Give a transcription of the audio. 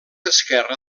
esquerra